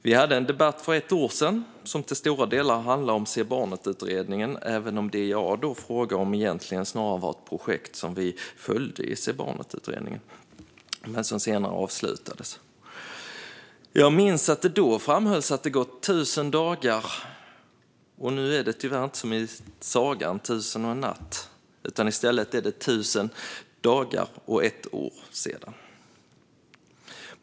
Vi hade en debatt för ett år sedan som till stora delar handlade om utredningen Se barnet! , även om det jag då frågade om snarare var ett projekt som vi följde i utredningen och som senare avslutades. Jag minns att det då framhölls att det gått tusen dagar. Nu är det tyvärr inte som i sagan, alltså tusen och en natt; i stället är det tusen dagar och ett år sedan.